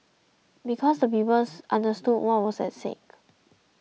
because the people understood what was at stake